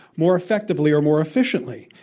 more effectively or more efficiently.